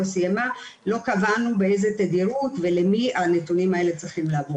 סיימה לא קבענו באיזו תדירות ולמי הנתונים האלה צריכים לעבור.